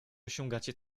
osiągacie